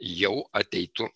jau ateitų